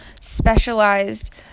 specialized